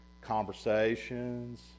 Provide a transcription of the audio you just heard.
Conversations